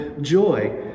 joy